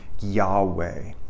Yahweh